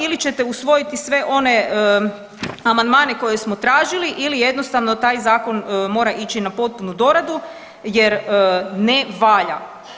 Ili ćete usvojiti sve one amandmane koje smo tražili ili jednostavno taj zakon mora ići na potpunu doradu jer ne valja.